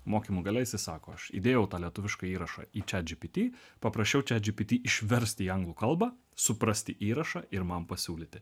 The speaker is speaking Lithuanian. mokymų gale jisai sako aš įdėjau tą lietuvišką įrašą į chat gpt paprašiau chat gpt išverst į anglų kalbą suprasti įrašą ir man pasiūlyti